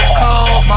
cold